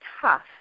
tough